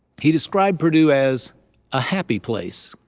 he described purdue as a happy place.